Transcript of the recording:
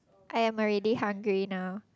I am already hungry now